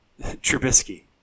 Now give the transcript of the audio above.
Trubisky